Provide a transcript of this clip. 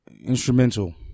instrumental